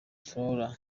flora